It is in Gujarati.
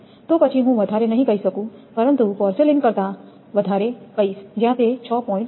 તો પછી હું વધારે નહીં કહી શકું પરંતુ પોર્સેલેઇન કરતા વધારે કહીશ જ્યાં તે 6